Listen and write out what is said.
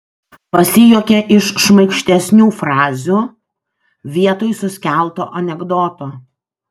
pasijuokia iš šmaikštesnių frazių vietoj suskelto anekdoto